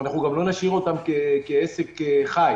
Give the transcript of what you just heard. אנחנו גם לא נשאיר אותם כעסק חי.